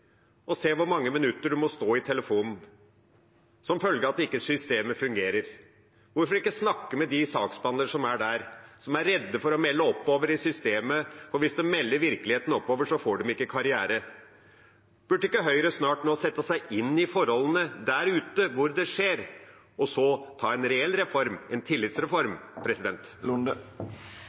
og se hvor mange minutter en må stå i telefonen som følge av at systemet ikke fungerer? Hvorfor ikke snakke med saksbehandlerne som er der og er redde for å melde oppover i systemet, for hvis de melder virkeligheten oppover, får de ikke en karriere? Burde ikke Høyre snart sette seg inn i forholdene der ute, der det skjer, og så ta en reell reform – en tillitsreform?